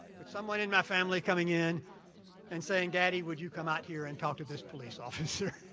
with someone in my family coming in and saying, daddy, would you come out here and talk to this police officer?